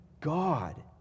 God